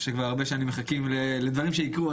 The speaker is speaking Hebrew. שכבר הרבה שנים מחכים לדברים שיקרו.